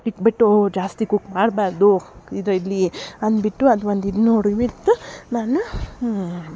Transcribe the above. ಇಟ್ಬಿಟ್ಟು ಜಾಸ್ತಿ ಕುಕ್ ಮಾಡಬಾರ್ದು ಇದರಲ್ಲಿ ಅನ್ಬಿಟ್ಟು ಅದೊಂದು ಇದು ನೋಡಿ ಬಿಟ್ಟು ನಾನು